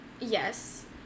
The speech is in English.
Yes